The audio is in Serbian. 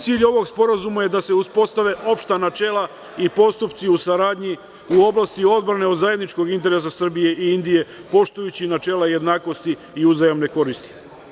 Cilj ovog sporazuma je da se uspostave opšta načela i postupci u saradnji u oblasti odbrane od zajedničkog interesa Srbije i Indije, poštujući načela jednakosti i uzajamne koristi.